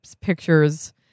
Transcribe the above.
pictures